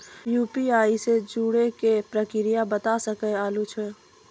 UPI से जुड़े के प्रक्रिया बता सके आलू है?